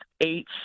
eight